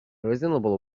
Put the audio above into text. reasonable